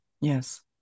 Yes